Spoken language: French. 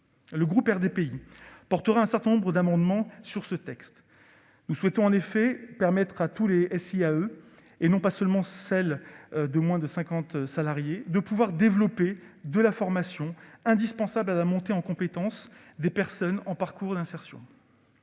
Le groupe RDPI soutiendra un certain nombre d'amendements à ce texte. Nous souhaitons en effet permettre à toutes les SIAE, et pas seulement à celles de moins de 50 salariés, de développer la formation, indispensable à la montée en compétences des personnes en parcours d'insertion.